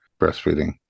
breastfeeding